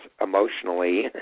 emotionally